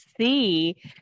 see